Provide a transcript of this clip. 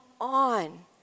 on